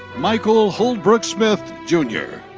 michael holdbrook-smith, jnr.